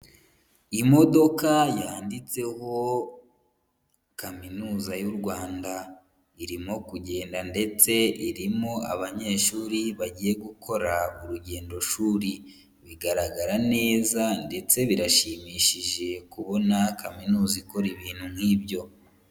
Imodoka yanditseho kaminuza y'u Rwanda. Irimo kugenda ndetse irimo abanyeshuri, bagiye gukora urugendo shuri. Bigaragara neza, ndetse birashimishije kubona kaminuza ikora ibintu nk'ibyo.